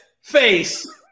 face